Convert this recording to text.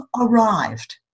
arrived